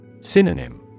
Synonym